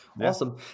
Awesome